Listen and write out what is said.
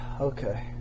Okay